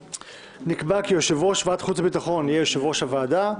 נקבע כי יושב-ראש ועדת החוץ והביטחון יהיה יושב-ראש הוועדה,